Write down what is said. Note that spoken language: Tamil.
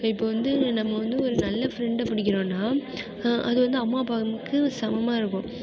இப்போ வந்து நம்ம வந்து ஒரு நல்ல ஃப்ரெண்ட் பிடிக்கிறோனா அது வந்து அம்மா அப்பாவுக்கு சமமாக இருக்கும்